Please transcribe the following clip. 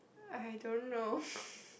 I don't know